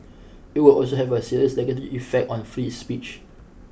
it would also have a serious negative effect on free speech